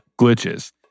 glitches